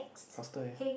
faster eh